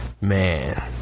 man